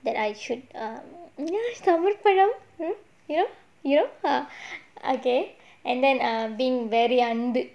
that I should err சமர்ப்பணம்:samarpanam hmm you know you know err okay and then um being very Anbu